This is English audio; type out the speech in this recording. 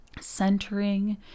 centering